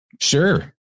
Sure